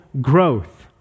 growth